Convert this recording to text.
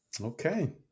Okay